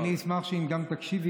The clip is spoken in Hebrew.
" אני אשמח אם גם תקשיבי,